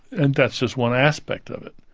and that's just one aspect of it.